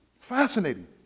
Fascinating